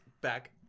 back